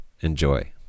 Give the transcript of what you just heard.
Enjoy